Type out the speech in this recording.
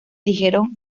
dijeron